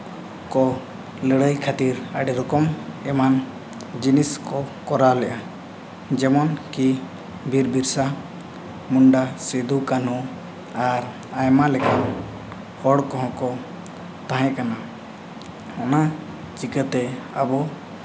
ᱠᱚ ᱞᱟᱹᱲᱦᱟᱹᱭ ᱠᱷᱟᱹᱛᱤᱨ ᱟᱹᱰᱤ ᱨᱚᱠᱚᱢ ᱮᱢᱟᱱ ᱡᱤᱱᱤᱥ ᱠᱚ ᱠᱚᱨᱟᱣ ᱞᱮᱫᱼᱟ ᱡᱮᱢᱚᱱ ᱠᱤ ᱵᱤᱨ ᱵᱤᱨᱥᱟ ᱢᱩᱱᱰᱟ ᱥᱤᱫᱩ ᱠᱟᱱᱩ ᱟᱨ ᱟᱭᱢᱟ ᱞᱮᱠᱟᱱ ᱦᱚᱲ ᱠᱚᱦᱚᱸ ᱠᱚ ᱛᱟᱦᱮᱸᱠᱟᱱᱟ ᱚᱱᱟ ᱪᱤᱠᱟᱹᱛᱮ ᱟᱵᱚ